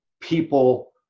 people